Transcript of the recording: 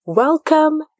Welcome